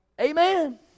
Amen